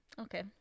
Okay